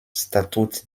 statut